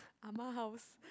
ah ma house